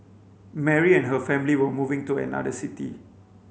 Mary and her family were moving to another city